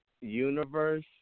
universe